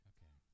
Okay